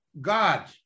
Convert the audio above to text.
God